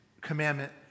commandment